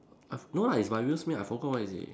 uh no lah it's by Will Smith I forgot what is it